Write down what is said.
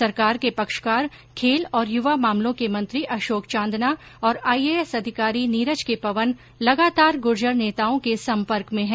सरकार के पक्षकार खेल और युवा मामलों के मंत्री अशोक चांदना और आईएएस अधिकारी नीरज के पवन लगातार गुर्जर नेताओं के संपर्क में है